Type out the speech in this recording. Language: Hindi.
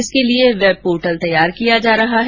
इसके लिये वेब पोर्टल तैयार किया जा रहा है